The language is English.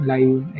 Live